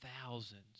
thousands